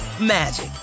magic